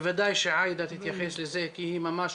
בוודאי שעאידה תתייחס לזה כי היא ממש